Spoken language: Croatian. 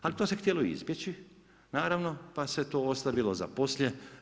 Ali to se htjelo izbjeći naravno pa se to ostavilo za poslije.